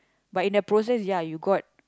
but in the process ya you got